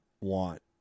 want